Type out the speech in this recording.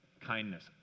kindness